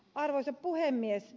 arvoisa puhemies